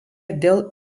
dėl